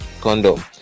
condom